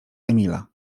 emila